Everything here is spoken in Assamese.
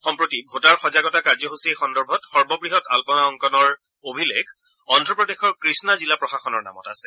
সম্প্ৰতি ভোটাৰ সজাগতা কাৰ্যসূচী সন্দৰ্ভত সৰ্ববৃহৎ আম্ননা অংকনৰ অভিলেখ অদ্ধপ্ৰদেশৰ কৃষ্ণা জিলা প্ৰশাসনৰ নামত আছে